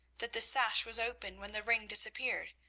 that the sash was open when the ring disappeared,